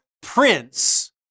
Prince